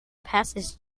passes